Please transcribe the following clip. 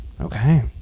Okay